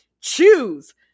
choose